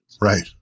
right